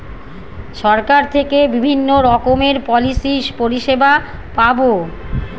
সরকার থেকে বিভিন্ন রকমের পলিসি পরিষেবা পাবো